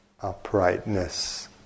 uprightness